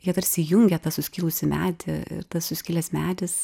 jie tarsi jungia tą suskilusį medį tas suskilęs medis